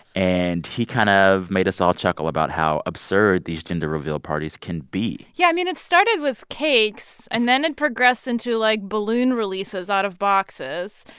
and he kind of made us all chuckle about how absurd these gender reveal parties can be yeah. i mean, it started with cakes. and then it progressed into, like, balloon releases out of boxes,